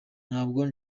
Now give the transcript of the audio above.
ntabwo